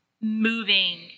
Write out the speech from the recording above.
moving